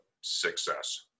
success